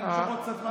נמשוך עוד קצת זמן,